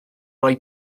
roi